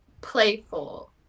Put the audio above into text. Playful